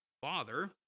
father